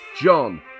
John